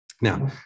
Now